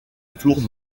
tour